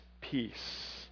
peace